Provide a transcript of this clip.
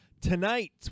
Tonight